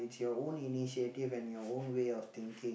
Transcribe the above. it's your own initiative and your own way of thinking